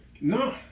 No